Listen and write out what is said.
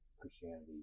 Christianity